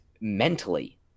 mentally